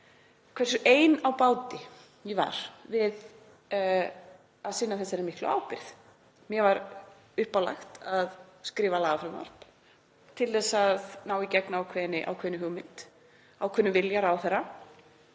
hversu ein á báti ég var við að sinna þessari miklu ábyrgð. Mér var uppálagt að skrifa lagafrumvörp til þess að ná í gegn ákveðinni hugmynd, ákveðnum vilja ráðherra.